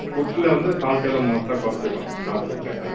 ஃபுட்டில் வந்து சால்ட்டெல்லாம் மோஸ்ட்டா குறச்சுக்கோங்க டாக்ஸ்க்கு செட்டாகாது